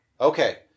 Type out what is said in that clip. Okay